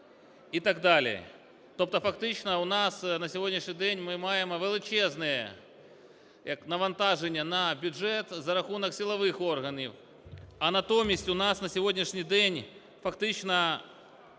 Тобто фактично у нас на сьогоднішній день ми маємо величезне навантаження на бюджет за рахунок силових органів. А натомість у нас на сьогоднішній день фактично